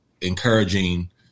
encouraging